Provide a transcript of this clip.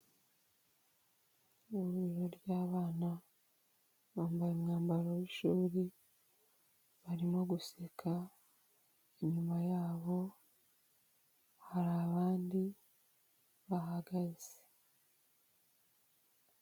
Ihuriro ry'abana bambaye umwambaro w'ishuri barimo guseka, inyuma yabo hari abandi bahagaze.